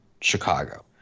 Chicago